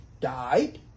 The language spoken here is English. died